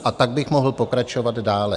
A tak bych mohl pokračovat dále.